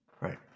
Right